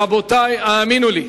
רבותי, האמינו לי,